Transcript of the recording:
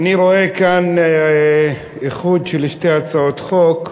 אני רואה כאן איחוד של שתי הצעות חוק: